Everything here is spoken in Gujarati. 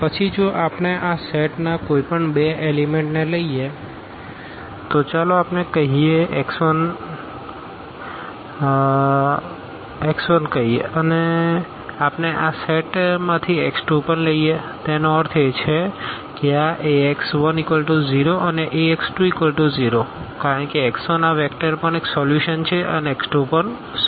પછી જો આપણે આ સેટના કોઈપણ બે એલીમેન્ટને લઈએ તો ચાલો આપણેx1કહીએ અને આપણે આ સેટમાંથીx2 પણ લઈએ તેનો અર્થ એ કે આ Ax10 અને Ax20 કારણ કે x1 આ વેક્ટર પણ એક સોલ્યુશન છે અને x2 પણ સોલ્યુશન છે